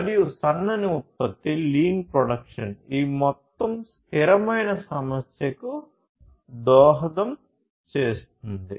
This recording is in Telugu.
మరియు సన్నని ఉత్పత్తి ఈ మొత్తం స్థిరమైన సమస్యకు దోహదం చేస్తుంది